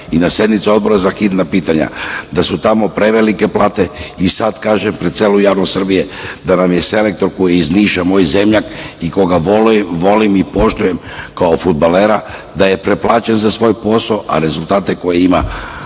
i na sednici Odbora za hitna pitanja da su tamo prevelike plate i sada kažem pred celom javnosti Srbije da nam je selektor, koji je iz Niša, moj zemljak i koga volim i poštujem kao fudbalera, preplaćen za svoj posao, a rezultate koje ima